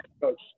coach